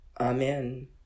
Amen